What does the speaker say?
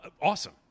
awesome